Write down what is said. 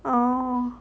orh